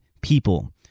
people